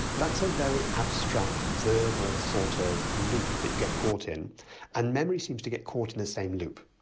that's a very abstract verbal sort of loop that you get caught in and memory seems to get caught in the same loop.